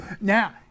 Now